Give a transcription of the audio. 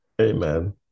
Amen